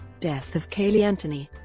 death of caylee anthony